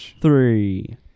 three